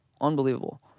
unbelievable